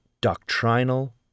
doctrinal